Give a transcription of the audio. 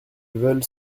veulent